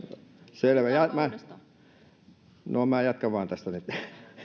selvä no minä jatkan vain tästä nytten